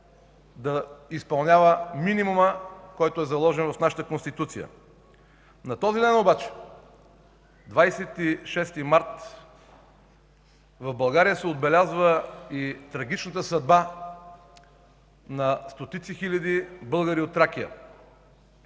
да изпълнява минимумът, който е заложен в нашата Конституция. На този ден обаче – 26 март, в България се отбелязва и трагичната съдба на стотици хиляди българи от Тракия.